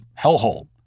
hellhole